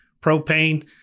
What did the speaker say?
propane